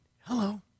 Hello